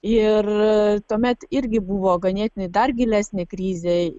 ir tuomet irgi buvo ganėtinai dar gilesnė krizė